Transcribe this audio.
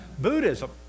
Buddhism